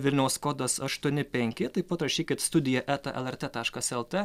vilniaus kodas aštuoni penki taip pat rašykit studija eta lrt taškas lt